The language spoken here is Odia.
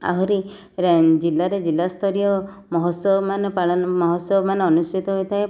ଆହୁରି ଜିଲ୍ଲାରେ ଜିଲ୍ଲା ସ୍ତରୀୟ ମହୋତ୍ସବମାନ ପାଳନ ମହୋତ୍ସବମାନ ଅନୁଷ୍ଟିତ ହୋଇଥାଏ